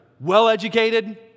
Well-educated